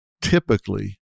typically